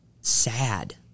sad